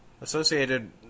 associated